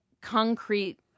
concrete